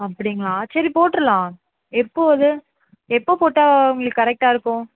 அப்படிங்களா சரி போட்டுருலாம் எப்போது அது எப்போ போட்டால் உங்களுக்கு கரெக்டாக இருக்கும்